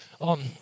on